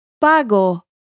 pago